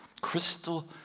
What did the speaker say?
crystal